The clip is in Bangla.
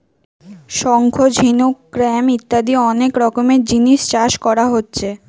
শঙ্খ, ঝিনুক, ক্ল্যাম ইত্যাদি অনেক রকমের জিনিস চাষ কোরা হচ্ছে